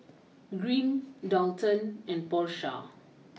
Green Daulton and Porsha